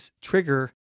trigger